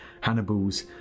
Hannibal's